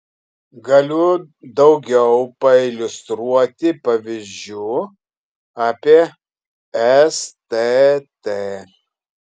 galiu daugiau pailiustruoti pavyzdžiu apie stt